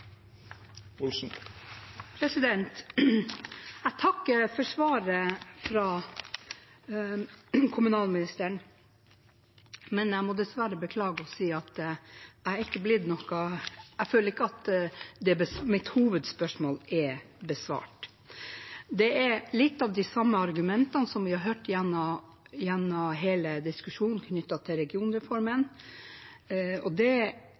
Jeg takker for svaret fra kommunalministeren, men jeg må dessverre beklage og si at jeg føler ikke at mitt hovedspørsmål er besvart. Det er litt av de samme argumentene som vi har hørt gjennom hele diskusjonen knyttet til regionreformen. Min interpellasjon var ikke for å ta en ny runde om det.